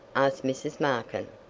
asked mrs. markin,